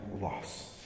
loss